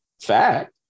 fact